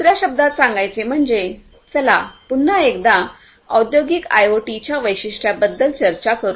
दुसऱ्या शब्दांत सांगायचे म्हणजे चला पुन्हा एकदा औद्योगिक आयओटीच्या वैशिष्ट्यांबद्दल चर्चा करू